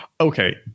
Okay